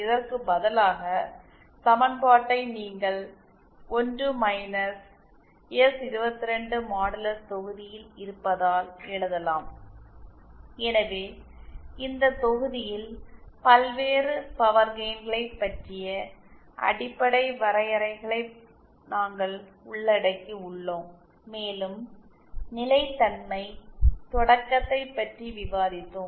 இதற்கு பதிலாக சமன்பாட்டை நீங்கள் 1 மைனஸ் எஸ்22 மாடுலஸ் தொகுதியில் இருப்பதாக எழுதலாம் எனவே இந்த தொகுதியில் பல்வேறு பவர் கெயின்களை பற்றிய அடிப்படை வரையறைகளை நாங்கள் உள்ளடக்கியுள்ளோம் மேலும் நிலைத்தன்மை தொடக்கத்தைப் பற்றி விவாதித்தோம்